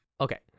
Okay